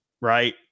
right